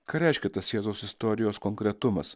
ką reiškia tas jiezaus istorijos konkretumas